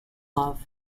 love